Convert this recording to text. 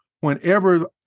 Whenever